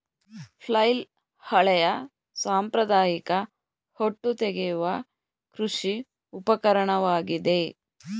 flail ಹಳೆಯ ಸಾಂಪ್ರದಾಯಿಕ ಹೊಟ್ಟು ತೆಗೆಯುವ ಕೃಷಿ ಉಪಕರಣವಾಗಿದೆ